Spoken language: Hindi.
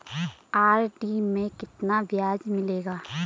आर.डी में कितना ब्याज मिलेगा?